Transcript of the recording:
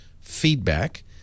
feedback